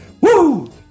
Woo